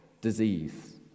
disease